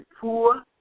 poor